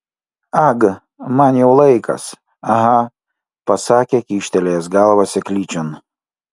ag man jau laikas aha pasakė kyštelėjęs galvą seklyčion